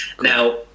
Now